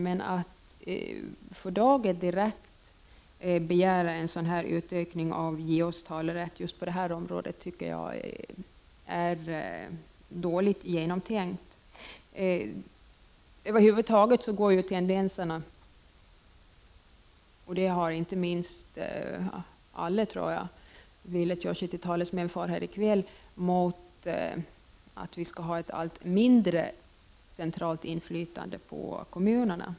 Men att för dagen direkt begära en utökning av JO:s talerätt på just detta område tycker jag är dåligt genomtänkt. Över huvud taget går tendenserna, det har alla här i kväll velat göra sig till talesmän för, mot att vi skall ha ett allt mindre centralt inflytande på kommunerna.